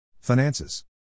Finances